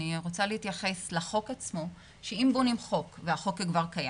אני רוצה להתייחס לחוק עצמו ולומר שאם בונים חוק והחוק כבר קיים,